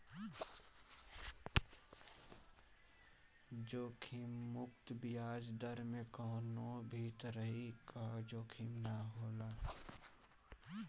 जोखिम मुक्त बियाज दर में कवनो भी तरही कअ जोखिम ना होला